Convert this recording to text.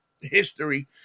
history